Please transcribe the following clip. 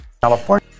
California